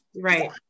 right